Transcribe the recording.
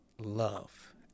love